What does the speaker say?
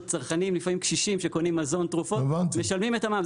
צרכנים קשישים שקונים מזון או תרופות משלמים את המע"מ,